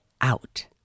out